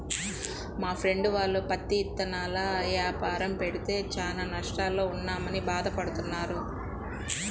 మా ఫ్రెండు వాళ్ళు పత్తి ఇత్తనాల యాపారం పెడితే చానా నష్టాల్లో ఉన్నామని భాధ పడతన్నారు